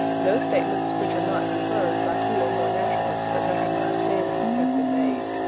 no statements which are not confirmed by two or more naturalists of recognized standing have been made.